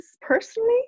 personally